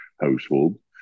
household